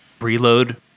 Reload